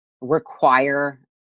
require